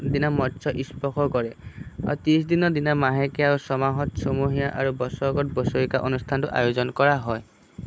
দিনা মৎস্যস্পৰ্শ কৰে আৰু ত্ৰিছ দিনৰ দিনা মাহেকীয়া আৰু ছমাহত ছমহীয়া আৰু বছৰেকত বছৰেকীয়া অনুষ্ঠানটো আয়োজন কৰা হয়